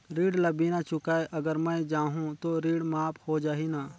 ऋण ला बिना चुकाय अगर मै जाहूं तो ऋण माफ हो जाही न?